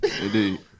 Indeed